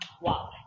Wow